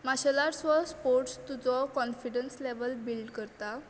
martial arts हो sport तुजो confidence build करता